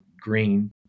green